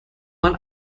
man